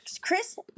Chris